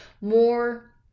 more